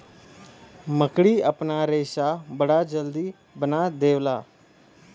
मकड़ी आपन रेशा बड़ा जल्दी बना देवला